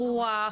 רוח,